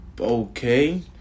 Okay